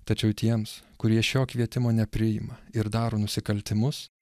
tačiau tiems kurie šio kvietimo nepriima ir daro nusikaltimus